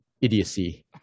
idiocy